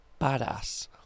badass